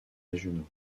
régionaux